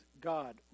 God